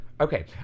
Okay